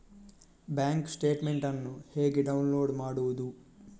Bank statement ಅನ್ನು ಹೇಗೆ download ಮಾಡುವುದು?